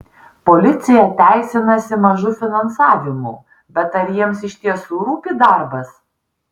policija teisinasi mažu finansavimu bet ar jiems iš tiesų rūpi darbas